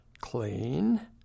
clean